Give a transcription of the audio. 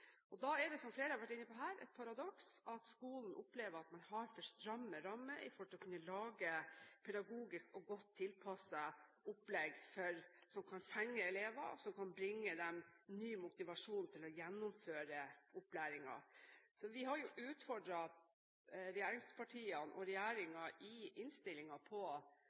Da er det – som flere har vært inne på her – et paradoks at skolen opplever at man har for stramme rammer med hensyn til å kunne lage pedagogiske og godt tilpassede opplegg som kan fenge elever, og som kan bringe dem ny motivasjon til å gjennomføre opplæringen. Vi har i innstillingen utfordret regjeringspartiene og regjeringen på § 8-2 og det faktum at man i